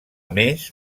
més